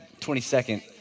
22nd